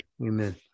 Amen